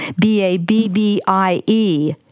B-A-B-B-I-E